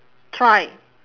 try